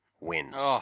wins